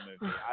movie